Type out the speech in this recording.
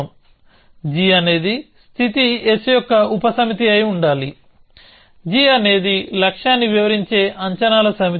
g అనేది స్థితి s యొక్క ఉపసమితి అయి ఉండాలి g అనేది లక్ష్యాన్ని వివరించే అంచనాల సమితి